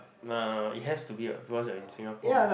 no it has to be because once you are in Singapore